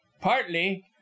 Partly